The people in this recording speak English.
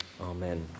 Amen